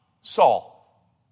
Saul